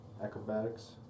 Acrobatics